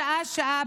שעה-שעה,